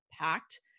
packed